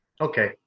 okay